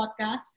podcast